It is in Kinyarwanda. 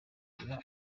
hagira